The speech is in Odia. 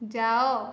ଯାଅ